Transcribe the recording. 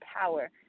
power